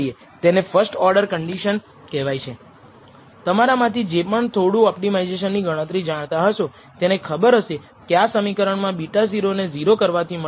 શાબ્દિક સાહજિકતાથી આપણે કહી શકીએ કે જો SST SSE છે તેવા સ્લોપપરિમાણોનો સમાવેશ કરીને ઘટાડો નોંધપાત્ર છે તો આપણે નિષ્કર્ષ કાઢીએ કે આ વધારાના પરિમાણો સહિત તે યોગ્ય છે અન્યથા નહીં